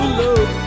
love